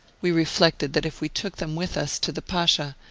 we reflected that if we took them with us to the pasha,